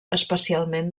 especialment